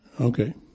Okay